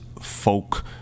folk